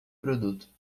produto